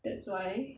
that's why